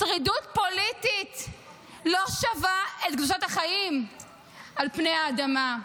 שרידות פוליטית לא שווה את קדושת החיים על פני האדמה.